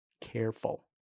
careful